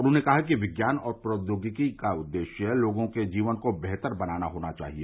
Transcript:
उन्होंने कहा कि विज्ञान और प्रौद्योगिकी का उद्देश्य लोगों के जीवन को बेहतर बनाना होना चाहिए